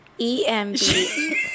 E-M-B